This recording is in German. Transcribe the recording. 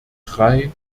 drei